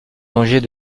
danger